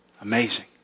Amazing